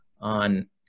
on